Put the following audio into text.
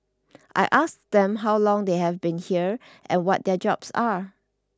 I asked them how long they have been here and what their jobs are